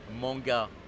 manga